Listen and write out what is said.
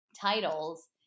titles